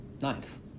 ninth